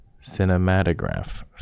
cinematograph